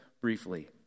briefly